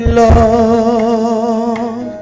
love